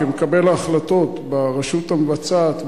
כמקבל ההחלטות ברשות המבצעת,